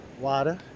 water